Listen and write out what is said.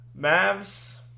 Mavs